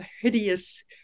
hideous